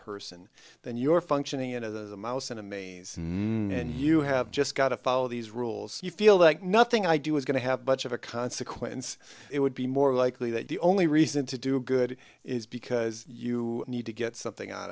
person and your functioning as a mouse in a maze and you have just got to follow these rules you feel that nothing i do is going to have much of a consequence it would be more likely that the only reason to do good is because you need to get something out